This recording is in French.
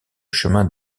chemin